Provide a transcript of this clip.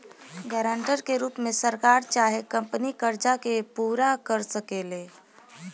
guarantor के रूप में सरकार चाहे कंपनी कर्जा के पूरा कर सकेले